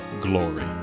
glory